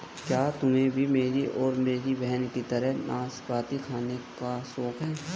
क्या तुम्हे भी मेरी और मेरी बहन की तरह नाशपाती खाने का शौक है?